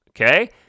Okay